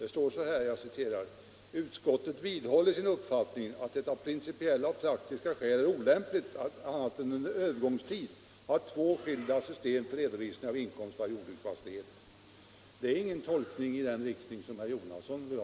Det står så här: ”Utskottet vidhåller sin uppfattning att det av principiella och praktiska skäl är olämpligt att annat än under en övergångsperiod ha två skilda system för redovisning av inkomst av jordbruksfastighet.” Det är ingen tolkning i den riktning som herr Jonasson vill ha.